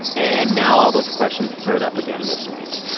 and now all those questions flared up again this week.